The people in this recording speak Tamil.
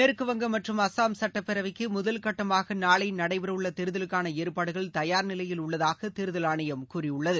மேற்குவங்கம் மற்றும் அஸ்ஸாம் சுட்டப்பேரவைக்கு முதல்கட்டமாக நாளை நடைபெறவுள்ள தேர்தலுக்கான ஏற்பாடுகள் தயார் நிலையில் உள்ளதாக தேர்தல் ஆணையம் கூறியுள்ளது